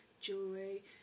jewelry